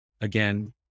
again